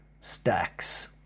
stacks